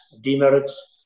demerits